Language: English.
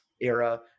era